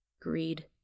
greed